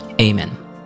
Amen